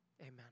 Amen